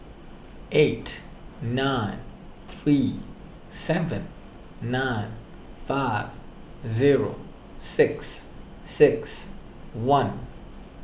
eight nine three seven nine five zeo six six one